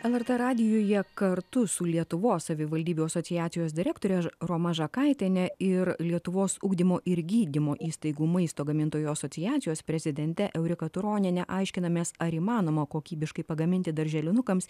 lrt radijuje kartu su lietuvos savivaldybių asociacijos direktore roma žakaitiene ir lietuvos ugdymo ir gydymo įstaigų maisto gamintojų asociacijos prezidente eurika turonienė aiškinamės ar įmanoma kokybiškai pagaminti darželinukams